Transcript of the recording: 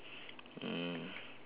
mm